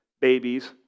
Babies